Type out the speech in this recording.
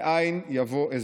מאין יבוא עזרי".